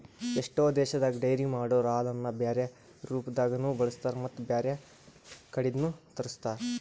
ಎಷ್ಟೋ ದೇಶದಾಗ ಡೈರಿ ಮಾಡೊರೊ ಹಾಲನ್ನು ಬ್ಯಾರೆ ರೂಪದಾಗನೂ ಬಳಸ್ತಾರ ಮತ್ತ್ ಬ್ಯಾರೆ ಕಡಿದ್ನು ತರುಸ್ತಾರ್